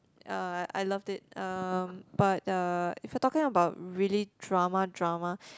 uh I I loved it uh but uh if you're talking about really drama drama